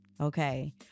okay